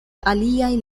aliaj